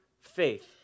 faith